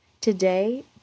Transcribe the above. Today